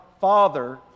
Father